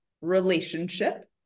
relationship